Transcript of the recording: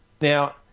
Now